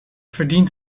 verdient